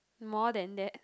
more than that